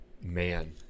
Man